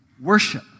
Worship